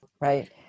right